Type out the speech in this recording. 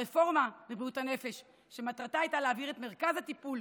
הרפורמה בבריאות הנפש שמטרתה הייתה להעביר את מרכז הטיפול